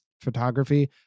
photography